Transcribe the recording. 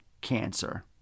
cancer